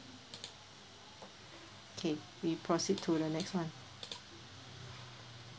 okay we proceed to the next one